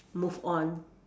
move on